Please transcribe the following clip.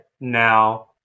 now